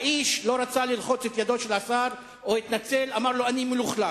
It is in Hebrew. האיש לא רצה ללחוץ את ידו של השר או התנצל ואמר לו: אני מלוכלך.